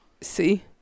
see